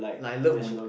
like I love mon~